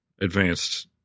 advanced